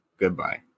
goodbye